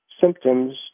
symptoms